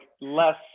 less